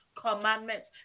Commandments